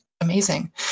amazing